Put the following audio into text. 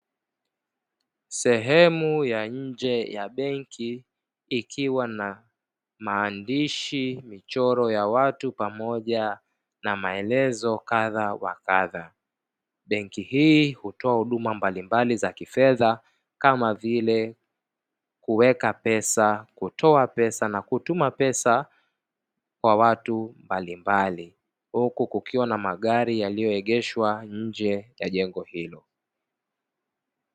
Sehemu ya nje ya benki ikiwa na maandishi na michoro ya watu pamoja na maelezo kadha wa kadha, benki hii hutoa huduma mbalimbali za kifedha kama vile kuweka pesa, kutoa pesa na kutuma pesa watu mbalimbali. Huku kukiwa na magari yalioegeshwa nje ya jengo hilo.